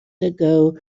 ago